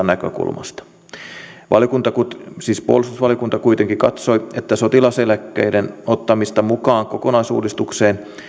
näkökulmasta puolustusvaliokunta kuitenkin katsoi että sotilaseläkkeiden ottamista mukaan kokonaisuudistukseen